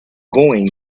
going